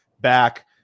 back